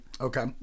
okay